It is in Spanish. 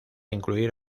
incluir